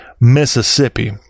mississippi